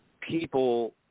people